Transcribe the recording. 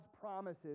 promises